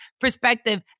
perspective